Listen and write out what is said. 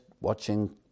watching